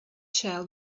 shall